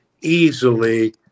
easily